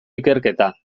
ikerketa